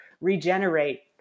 regenerate